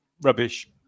rubbish